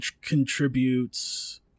contributes